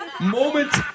moment